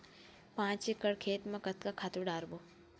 पांच एकड़ खेत म कतका खातु डारबोन?